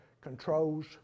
controls